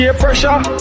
pressure